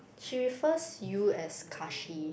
she refers you as Kahshee